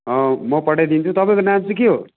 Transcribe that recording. म पठाइदिन्छु तपाईँको नाम चाहिँ के हो